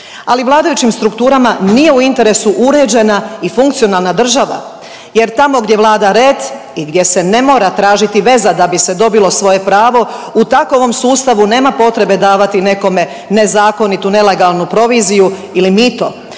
ali vladajućim strukturama nije u interesu uređena i funkcionalna država jer tamo gdje vlada red i gdje se ne mora tražiti veza da bi se dobilo svoje pravo u takovom sustavu nema potrebe davati nekome nezakonitu i nelegalnu proviziju ili mito,